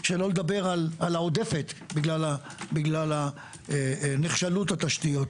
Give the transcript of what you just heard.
שלא לדבר על העודפת בגלל הנחשלות של התשתיות.